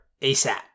ASAP